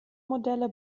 modelle